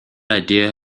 idea